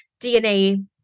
DNA